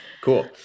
Cool